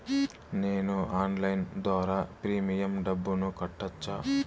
నేను ఆన్లైన్ ద్వారా ప్రీమియం డబ్బును కట్టొచ్చా?